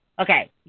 Okay